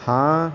ہاں